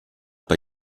bei